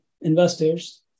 investors